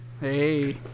Hey